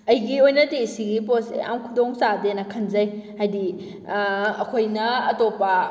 ꯑꯩꯒꯤ ꯑꯣꯏꯅꯗꯤ ꯁꯤꯒꯤ ꯄꯣꯠꯁꯦ ꯌꯥꯝ ꯈꯨꯗꯣꯡ ꯆꯥꯗꯦꯅ ꯈꯟꯖꯩ ꯍꯥꯏꯗꯤ ꯑꯩꯈꯣꯏꯅ ꯑꯇꯣꯞꯄ